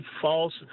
false